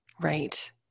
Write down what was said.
Right